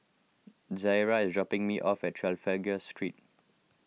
Zaria is dropping me off at Trafalgar Street